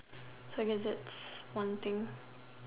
so I guess that's one thing